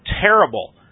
terrible